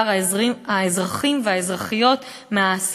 ההוצאות הפרטיות בישראל על בריאות הן גבוהות בהרבה מהממוצע